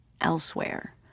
elsewhere